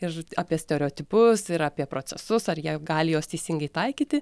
ir apie stereotipus ir apie procesus ar jie gali juos teisingai taikyti